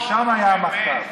ושם היה המחטף.